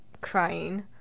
crying